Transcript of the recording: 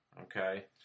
Okay